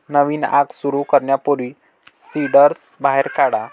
नवीन आग सुरू करण्यापूर्वी सिंडर्स बाहेर काढा